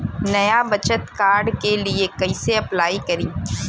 नया बचत कार्ड के लिए कइसे अपलाई करी?